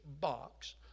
box